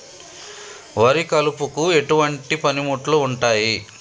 వరి కలుపుకు ఎటువంటి పనిముట్లు ఉంటాయి?